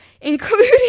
including